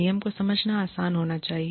नियम को समझना आसान होना चाहिए